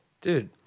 Dude